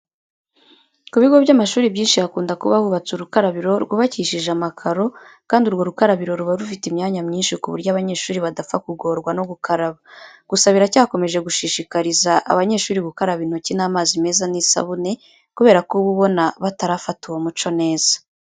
Ku bigo by'amashuri byinshi hakunda kuba hubatse urukarabiro rwubakishije amakaro, kandi urwo rukarabiro ruba rufite imyanya myinshi ku buryo abanyeshuri badapfa kugorwa no gukaraba. Gusa biracyakomeje gushishikariza abanyeshuri gukaraba intoki n'amazi meza n'isabune kubera ko uba ubona batarafata uwo muco neza.